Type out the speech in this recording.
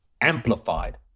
amplified